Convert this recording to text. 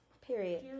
period